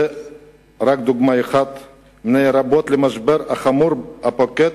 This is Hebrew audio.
זו רק דוגמה אחת מני רבות למשבר החמור הפוקד